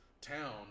town